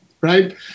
right